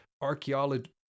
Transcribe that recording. archaeology